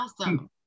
Awesome